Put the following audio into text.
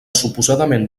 suposadament